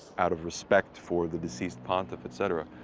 out of respect for the deceased pontiff, et cetera,